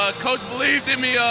ah coach believed in me,